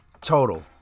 total